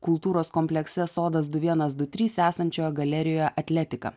kultūros komplekse sodas du vienas du trys esančioje galerijoje atletika